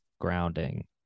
grounding